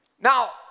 Now